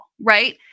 right